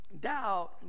Doubt